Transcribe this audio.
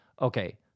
okay